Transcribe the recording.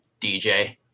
DJ